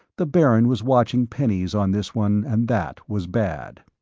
the baron was watching pennies on this one and that was bad.